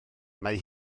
mae